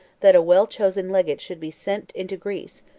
that a well-chosen legate should be sent into greece,